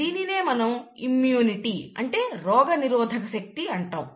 దీనినే మనం ఇమ్యూనిటీ అంటే రోగ నిరోధక శక్తి అంటాము